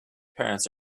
parents